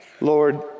Lord